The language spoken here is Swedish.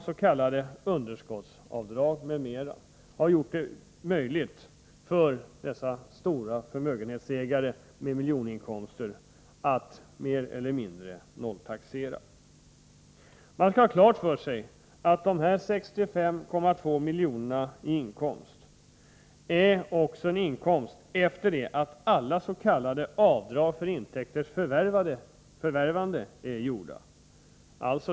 S. k. underskottsavdrag har gjort det möjligt för dessa personer med stora förmögenheter och med miljoninkomster att mer eller mindre nolltaxera. Man skall ha klart för sig att denna inkomst på 65,2 miljoner är en nettoinkomst efter det att alla s.k. avdrag för intäkternas förvärvande är gjorda.